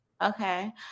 Okay